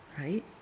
right